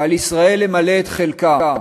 ועל ישראל למלא את חלקה,